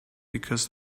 because